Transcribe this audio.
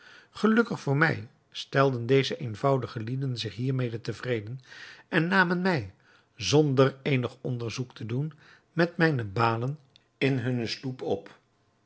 gelukkig voor mij stelden deze eenvoudige lieden zich hiermede tevreden en namen mij zonder eenig onderzoek te doen met mijne balen in hunne sloep op